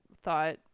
thought